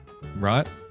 Right